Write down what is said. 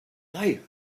they